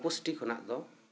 ᱚᱯᱚᱥᱴᱤ ᱠᱷᱚᱱᱟᱜ ᱫᱚ